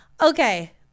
Okay